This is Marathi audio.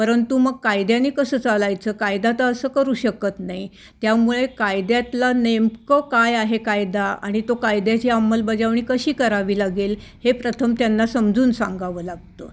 परंतु मग कायद्याने कसं चालायचं कायदा तर असं करू शकत नाही त्यामुळे कायद्यातला नेमकं काय आहे कायदा आणि तो कायद्याची अंमलबजावणी कशी करावी लागेल हे प्रथम त्यांना समजून सांगावं लागतं